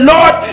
Lord